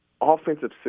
Offensive